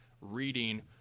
reading